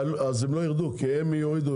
הם לא ירדו, הם ירדו